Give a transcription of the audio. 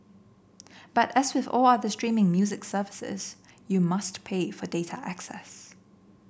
but as with all other streaming music services you must pay for data access